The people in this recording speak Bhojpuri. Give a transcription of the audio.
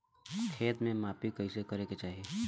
खेत के माफ़ी कईसे करें के चाही?